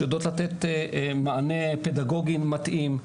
שיודעות לתת מענה פדגוגי מתאים,